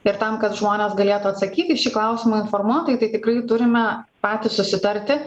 ir tam kad žmonės galėtų atsakyti į šį klausimą informuotai tai tikrai turime patys susitarti